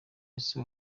ese